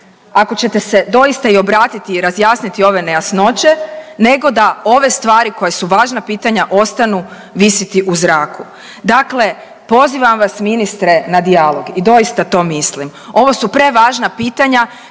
ako ćete se doista i obratiti i razjasniti ove nejasnoće nego da ove stvari koja su važna pitanja ostanu visiti u zraku. Dakle, pozivam vas ministre na dijalog i doista to mislim, ovo su prevažna pitanja